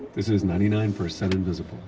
this is ninety nine percent invisible.